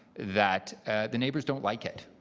that the neighbours don't like it.